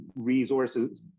resources